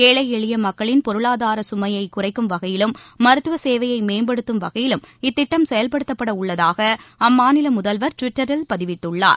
ஏழ எளிய மக்களின் பொருளாதார கமையை குறைக்கும் வகையிலும் மருத்துவ சேவையை மேம்படுத்தும் வகையிலும் இத்திட்டம் செயல்படுத்த உள்ளதாக அம்மாநில முதல்வர் டிவிட்டரில் பதிவிட்டுள்ளார்